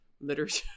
literature